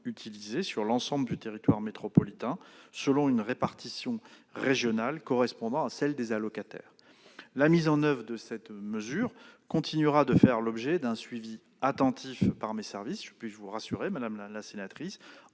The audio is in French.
sur l'ensemble du territoire métropolitain, selon une répartition régionale correspondant à celle des allocataires. La mise en oeuvre de cette mesure continuera de faire l'objet d'un suivi attentif par mes services- je puis vous rassurer, madame la sénatrice